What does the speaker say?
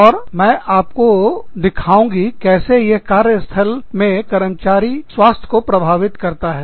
और मैं आपको दिखाउंगी कैसे यह कार्य स्थल में कर्मचारी स्वास्थ्य को प्रभावित करता है